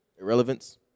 Irrelevance